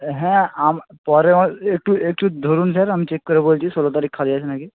হ্যাঁ পরে একটু একটু ধরুন স্যার আমি চেক করে বলছি ষোলো তারিখ খালি আছে নাকি